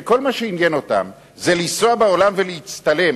שכל מה שעניין אותם זה לנסוע בעולם ולהצטלם,